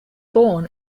born